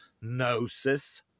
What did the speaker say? gnosis